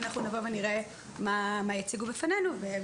ואז אנחנו נראה מה יציגו בפנינו.